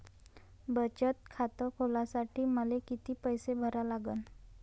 बचत खात खोलासाठी मले किती पैसे भरा लागन?